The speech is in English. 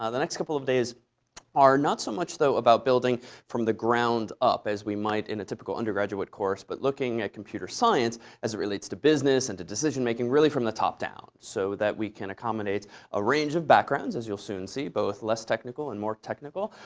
ah the next couple of days are not so much though about building from the ground up, as we might in a typical undergraduate course, but looking at computer science as it relates to business and to decision making really from the top down so that we can accommodate a range of backgrounds, as you'll soon see, both less technical and more technical,